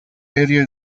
area